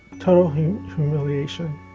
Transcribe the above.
total humiliation.